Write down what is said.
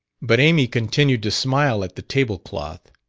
but amy continued to smile at the table-cloth.